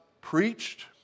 preached